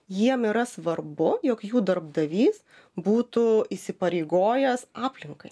jiem yra svarbu jog jų darbdavys būtų įsipareigojęs aplinkai